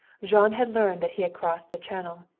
jean had learned that he had crossed the channel.